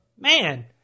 Man